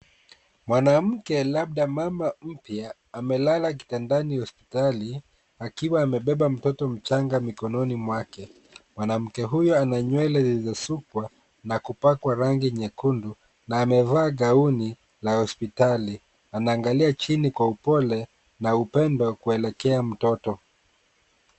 Mwanamke labda mama mpya amelala kitandani hospitali, akiwa amebeba mtoto mchanga mikononi mwake. Mwanamke huyo ananywele zilizosukwa na kupakwa rangi nyekundu na amevaa gauni la hospitali .Anaangalia chini kwa upole na upendo kuelekea mtoto.